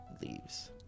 leaves